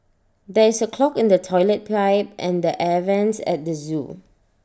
there is A clog in the Toilet Pipe and the air Vents at the Zoo